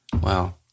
Wow